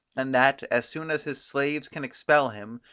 and that, as soon as his slaves can expel him,